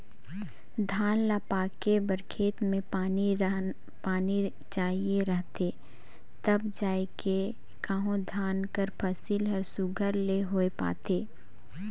धान ल पाके बर खेत में पानी चाहिए रहथे तब जाएके कहों धान कर फसिल हर सुग्घर ले होए पाथे